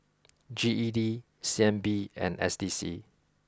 G E D C N B and S D C